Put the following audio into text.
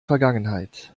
vergangenheit